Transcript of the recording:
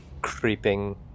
creeping